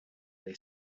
they